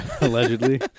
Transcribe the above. allegedly